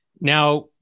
Now